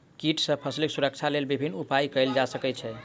कीट सॅ फसीलक सुरक्षाक लेल विभिन्न उपाय कयल जा सकै छै